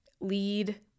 lead